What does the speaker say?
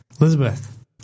Elizabeth